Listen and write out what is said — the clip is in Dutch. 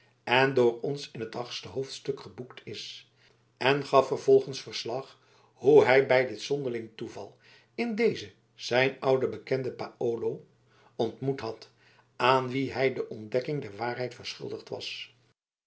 en door ons in het achtste hoofdstuk geboekt is en gaf vervolgens verslag hoe hij bij dit zonderling toeval in dezen zijn ouden bekende paolo ontmoet had aan wien hij de ontdekking der waarheid verschuldigd was